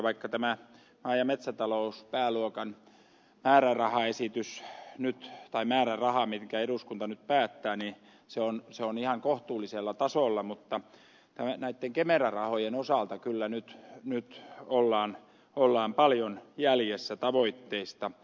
vaikka tämä maa ja metsätalouspääluokan määräraha jonka eduskunta nyt päättää on ihan kohtuullisella tasolla näitten kemera rahojen osalta kyllä nyt ollaan paljon jäljessä tavoitteista